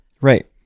Right